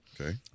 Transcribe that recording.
Okay